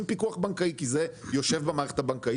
פיקוח בנקאי כי זה יושב במערכת הבנקאית.